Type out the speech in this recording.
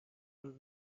فروخت